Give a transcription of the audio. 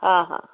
हा हा